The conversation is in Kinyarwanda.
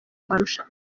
marushanwa